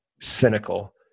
cynical